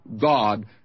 God